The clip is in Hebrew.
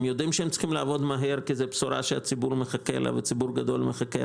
הם יודעים שהם צריכים לעבוד מהר כי זאת בשורה שציבור גדול מחכה לה,